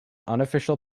unofficial